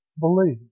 believe